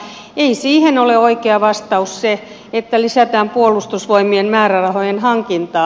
ei siihen ole oikea vastaus se että lisätään puolustusvoimien määrärahojen hankintaa